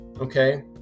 okay